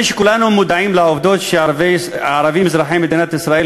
הרי כולנו מודעים לעובדות שערבים אזרחי מדינת ישראל